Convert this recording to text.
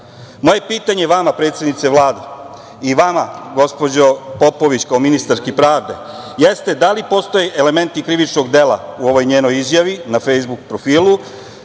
pitanje vama, predsednice Vlade i vama gospođo Popović, kao ministarki pravde, jeste - da li postoje elementi krivičnog dela u ovoj njenoj izjavi na Fejsbuk profilu?